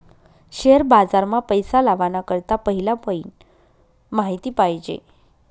share बाजार मा पैसा लावाना करता पहिला पयीन माहिती पायजे